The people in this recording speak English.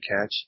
catch